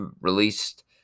released